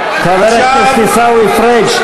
חבר הכנסת עיסאווי פריג',